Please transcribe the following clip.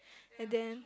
and then